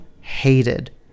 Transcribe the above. hated